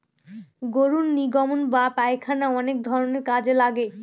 গরুর নির্গমন বা পায়খানা অনেক ধরনের কাজে লাগে